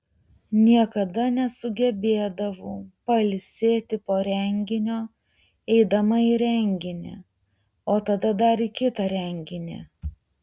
niekada nesugebėdavau pailsėti po renginio eidama į renginį o tada dar į kitą renginį